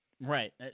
Right